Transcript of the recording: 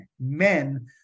men